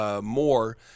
more